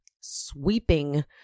sweeping